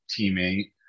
teammate